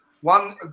one